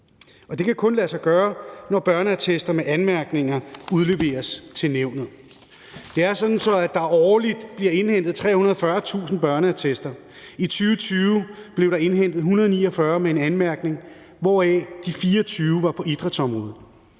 det kan kun lade sig gøre, når børneattester med anmærkninger udleveres til nævnet. Det er sådan, at der årligt bliver indhentet 340.000 børneattester. I 2020 blev der indhentet 149 med en anmærkning, hvoraf de 24 var på idrætsområdet.